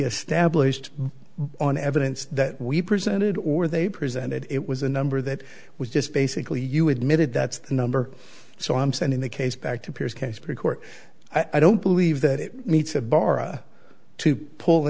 established on evidence that we presented or they presented it was a number that was just basically you admitted that's the number so i'm sending the case back to peers case pre court i don't believe that it meets a bara to pull the